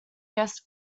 guest